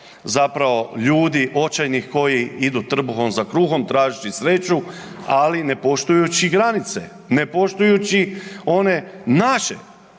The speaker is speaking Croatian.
zapravo ljudi očajnih koji idu trbuhom za kruhom tražeći sreću ali ne poštujući granice, ne poštujući one naše